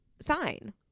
sign